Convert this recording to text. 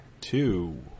two